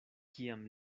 kiam